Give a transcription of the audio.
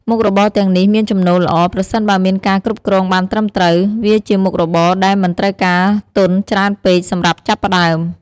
មុខរបរទាំងនេះមានចំណូលល្អ ប្រសិនបើមានការគ្រប់គ្រងបានត្រឹមត្រូវ វាជាមុខរបរដែលមិនត្រូវការទុនច្រើនពេកសម្រាប់ចាប់ផ្ដើម។